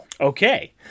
Okay